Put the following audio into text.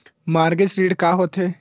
Mortgage ऋण का होथे?